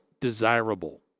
desirable